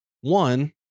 one